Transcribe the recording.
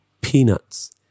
peanuts